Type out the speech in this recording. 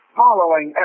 following